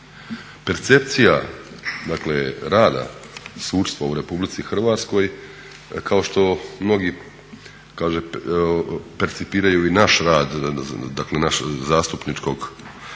Percepcija, dakle rada sudstva u Republici Hrvatskoj kao što i mnogi percipiraju i naš rad, dakle našeg